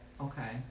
Okay